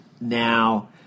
now